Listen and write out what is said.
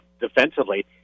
defensively